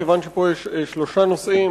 כיוון שיש פה שלושה נושאים,